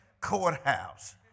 Courthouse